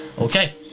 Okay